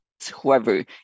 whoever